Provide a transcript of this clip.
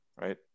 right